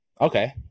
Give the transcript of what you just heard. Okay